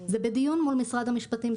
זה בדיון מול משרד המשפטים.